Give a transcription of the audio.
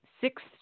six –